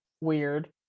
weird